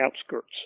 Outskirts